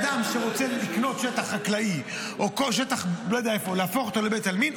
אדם שרוצה לקנות שטח חקלאי או כל שטח ולהפוך אותו לבית עלמין,